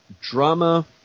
Drama